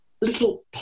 little